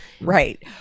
Right